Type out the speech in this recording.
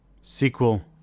Sequel